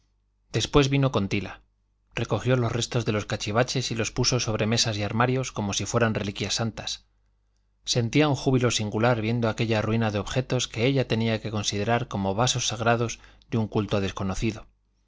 después vino con tila recogió los restos de los cachivaches y los puso sobre mesas y armarios como si fueran reliquias santas sentía un júbilo singular viendo aquella ruina de objetos que ella tenía que considerar como vasos sagrados de un culto desconocido